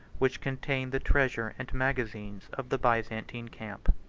which contained the treasure and magazines of the byzantine camp.